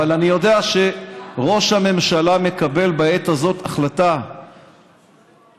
אבל אני יודע שראש הממשלה מקבל בעת הזאת החלטה רצינית,